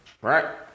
right